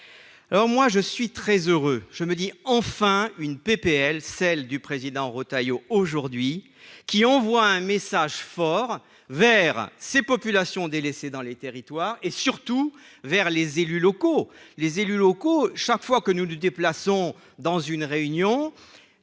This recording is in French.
alors moi je suis très heureux, je me dis enfin une PPL, celle du président Retailleau aujourd'hui qui envoie un message fort vers ces populations délaissées dans les territoires et surtout vers les élus locaux, les élus locaux, chaque fois que nous le déplaçons dans une réunion,